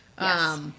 Yes